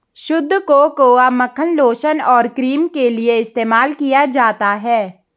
शुद्ध कोकोआ मक्खन लोशन और क्रीम के लिए इस्तेमाल किया जाता है